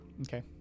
Okay